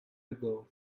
ago